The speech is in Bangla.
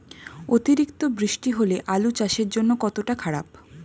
অতিরিক্ত বৃষ্টি হলে আলু চাষের জন্য কতটা খারাপ?